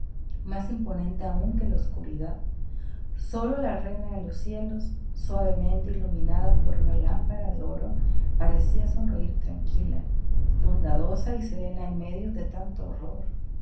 más imponente aún que la oscuridad sólo la reina de los cielos suavemente iluminada por una lámpara de oro parecía sonreir tranquila bondadosa y serena en medio de tanto horror